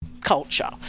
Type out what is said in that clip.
culture